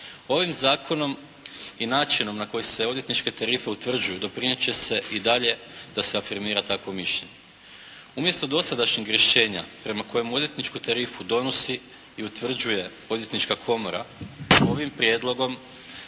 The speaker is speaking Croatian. Ovim zakonom i načinom na koji se odvjetničke tarife utvrđuju doprinijet će se i dalje da se afirmira takvo mišljenje. Umjesto dosadašnjeg rješenja prema kojem odvjetničku tarifu donosi i utvrđuje Odvjetnička komora s ovim prijedlogom